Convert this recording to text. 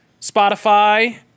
spotify